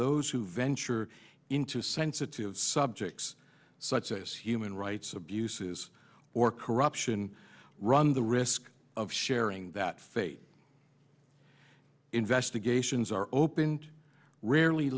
those who venture into sensitive subjects such as human rights abuses or corruption run the risk of sharing that fate investigations are opened rarely